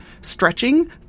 stretching